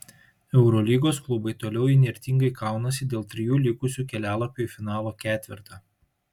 eurolygos klubai toliau įnirtingai kaunasi dėl trijų likusių kelialapių į finalo ketvertą